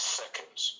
seconds